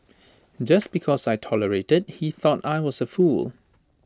just because I tolerated he thought I was A fool